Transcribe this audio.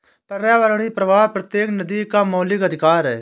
पर्यावरणीय प्रवाह प्रत्येक नदी का मौलिक अधिकार है